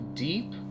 Deep